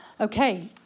Okay